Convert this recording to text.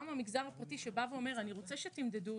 גם במגזר הפרטי שאומר שהוא רוצה שנמדוד אותו,